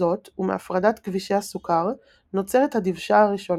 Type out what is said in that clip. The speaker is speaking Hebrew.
זאת ומהפרדת גבישי הסוכר, נוצרת 'הדבשה הראשונה',